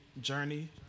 journey